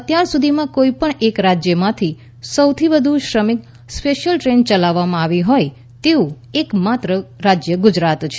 અત્યાર સુધીમાં કોઇ પણ એક રાજ્યમાંથી સૌથી વધુ શ્રમિક સ્પેશ્યલ ટ્રેન યલાવવામાં આવી હોય તેવું એક માત્ર રાજ્ય ગુજરાત છે